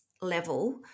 level